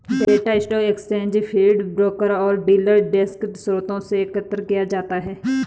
data stock exchange feed, broker और dealer desk स्रोतों से एकत्र किया जाता है